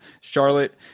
Charlotte